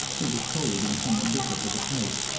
it was cold and somewhat bitter to the taste,